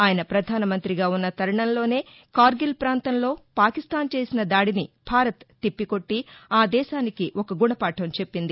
ఆయన ప్రధాన మంతిగా ఉన్న తరుణంలోనే కార్గిల్ ప్రాంతంలో పాకిస్తాన్ చేసిన దాడిని భారత్ తిప్పికొట్టి ఆ దేశానికి ఒక గుణపాఠం చెప్పింది